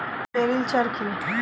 Sericulture কি?